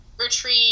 retreat